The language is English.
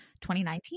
2019